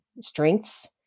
strengths